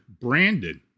Brandon